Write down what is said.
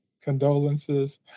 condolences